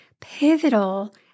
pivotal